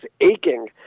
aching